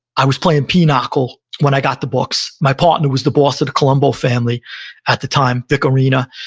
i was playing pinochle when i got the books. my partner was the boss of the colombo family at the time, vic orena,